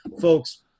folks